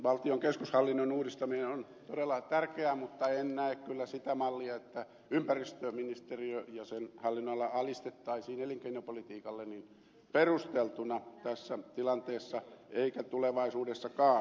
valtion keskushallinnon uudistaminen on todella tärkeää mutta en näe kyllä sitä mallia että ympäristöministeriö ja sen hallinnonala alistettaisiin elinkeinopolitiikalle perusteltuna tässä tilanteessa enkä tulevaisuudessakaan